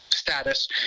status